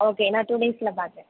okay நான் two டேஸில் பார்த்தேன்